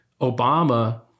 Obama